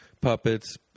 puppets